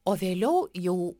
o vėliau jau